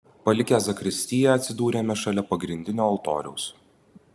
palikę zakristiją atsidūrėme šalia pagrindinio altoriaus